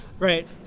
Right